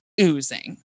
oozing